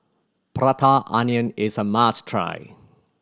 Prata Onion is a must try